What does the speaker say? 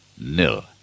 nil